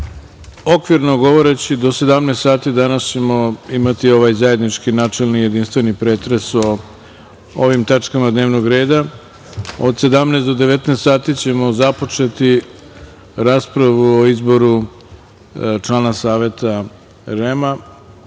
Okvirno govoreći, do 17.00 sati danas ćemo imati ovaj zajednički načelni jedinstveni pretres o ovim tačkama dnevnog reda. Od 17.00 do 19.00 sati ćemo započeti raspravu o izboru člana Saveta REM.